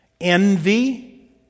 envy